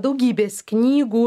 daugybės knygų